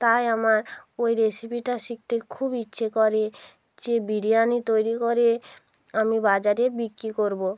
তাই আমার ওই রেসিপিটা শিখতে খুব ইচ্ছে করে যে বিরিয়ানি তৈরি করে আমি বাজারে বিক্রি করব